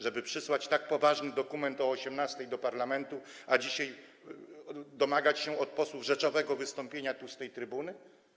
Żeby przysłać tak poważny dokument o godz. 18 do parlamentu, a dzisiaj domagać się od posłów rzeczowego wystąpienia tu z tej trybuny?